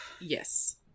Yes